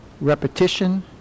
repetition